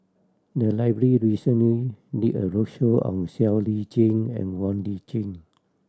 the library recently did a roadshow on Siow Lee Chin and Wong Lip Chin